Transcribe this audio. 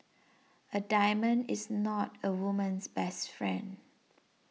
a diamond is not a woman's best friend